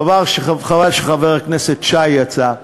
חבל שחבר הכנסת שי יצא.